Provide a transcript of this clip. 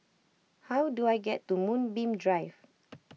how do I get to Moonbeam Drive